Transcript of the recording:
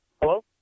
Hello